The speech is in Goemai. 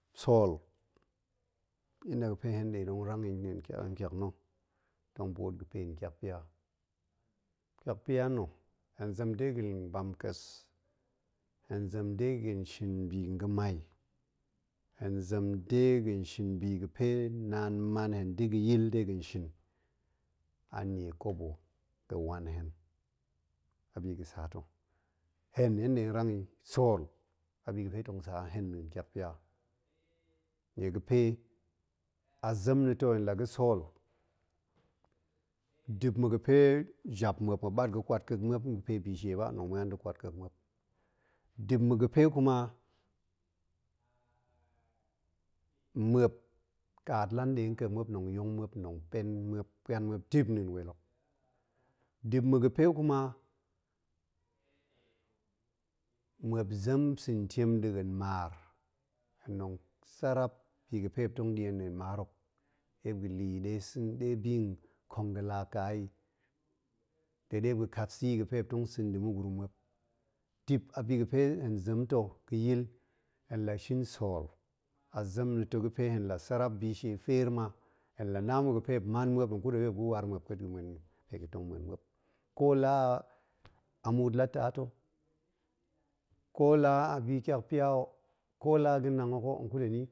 Sool in nda ga̱pe hen nɗe tong rang yi nɗa̱a̱n tyak na̱, tong ɓoot ga̱pa̱ hen tyak pya, tyakpya nna̱, hen zem dega̱n mhomkes, hen zem dega̱n shin bi ga̱mai, hen zem dega, shin bi ga̱pe naan man hen da̱ ga̱yil dega̱n shin a nnie kobo ga̱wan hen, a bi ga̱sa ta̱ hen hen nɗe nong rang yi sool abi ga̱pe tong sa hen nɗa̱a̱n tyakpya, nnie ga̱pe a zem na̱ ta hen la ga̱ sool, dip ma̱ ga̱pe jap muop, muop ɓat ga̱ kwat kek muop mpe bishie ba, hen nong muen da̱ kwat kek muop, dip ma̱ ga̱pe kuma mmuop kaat la nɗe nkek muop, hen nong yong muop, hen tong puanang kek muop dip nɗa̱a̱n weel hok, dip ma̱ ga̱pe kuma kuma muop zem sa̱ntiem nɗa̱a̱n maar, hen nong sarap bi ga̱pe muop tong ɗie nɗa̱a̱n maar hok, ɗe muop ga̱la̱ yi, de bi nkong gala ka yi de de muop ga̱kat sa̱ yi ga̱pe muop tong sa̱ yi nda̱ ma̱gurum muop dip a bi ga̱pe hen zem ta̱ ga̱yi; hen la shin sool a zem na̱ ta̱ ga̱ hen la sarap bi shie feer ma hen la na ma̱ gape ga̱pe muop ga̱ waar muop ka̱a̱t ga̱ muen mpe ga̱tong muen muop, ko la a muut la taa ta̱, ko la a bi tyakpya ho, ko la ga̱nong hok ho, hen kut hen yi